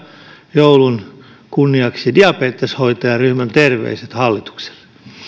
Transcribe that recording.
joulun kunniaksi diabeteshoitajaryhmän terveiset hallitukselle